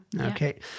okay